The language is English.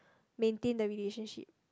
martian the relationship